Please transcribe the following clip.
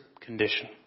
condition